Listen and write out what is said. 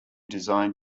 design